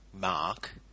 mark